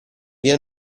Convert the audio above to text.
via